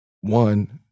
One